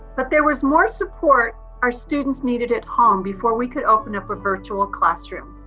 but there was more support our students needed at home before we could open up a virtual classroom.